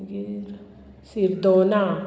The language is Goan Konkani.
मागीर सिरदोना